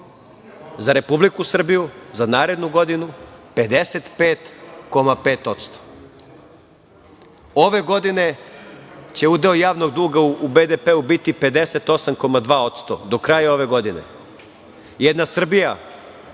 Za Republiku Srbiju za narednu godinu 55,5%.Ove godine će udeo javnog duga u BDP-u biti 58,2% do kraja ove godine. Jedna Srbija,